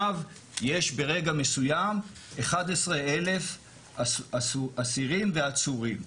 יש ברגע מסוים 11,000 אסירים ועצורים.